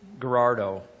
Gerardo